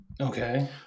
okay